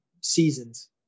seasons